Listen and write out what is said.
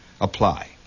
Apply